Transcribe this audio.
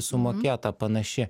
sumokėta panaši